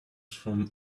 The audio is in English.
from